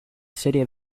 serie